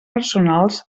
personals